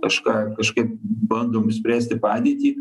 kažką kažkaip bandom spręsti padėtį